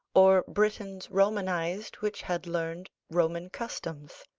or britons romanised which had learned roman customs